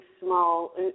small